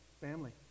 family